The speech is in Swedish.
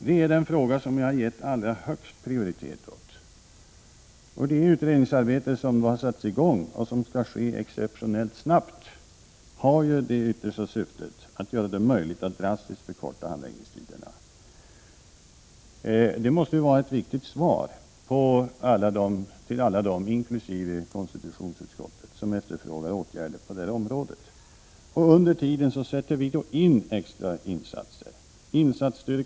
Det är den fråga som jag givit den högsta prioriteten. Det utredningsarbete som nu har satts i gång och som skall bedrivas exceptionellt snabbt har det yttersta syftet att göra det möjligt att drastiskt förkorta handläggningstiderna. Det måste vara ett viktigt besked för alla dem, inkl. konstitutionsutskottet, som efterfrågar åtgärder på det här området. Under tiden gör vi extrainsatser.